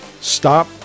stop